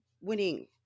winning